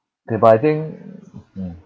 K but I think mm